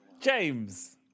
James